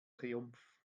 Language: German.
triumph